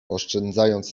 oszczędzając